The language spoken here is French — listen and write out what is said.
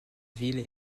ville